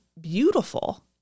beautiful